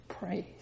Praise